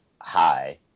high